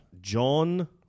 John